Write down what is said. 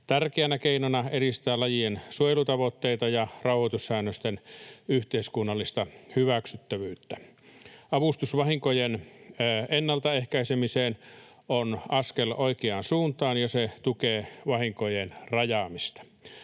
tärkeänä keinona edistää lajien suojelutavoitteita ja rahoitussäännösten yhteiskunnallista hyväksyttävyyttä. Avustus vahinkojen ennaltaehkäisemiseen on askel oikeaan suuntaan, ja se tukee vahinkojen rajaamista.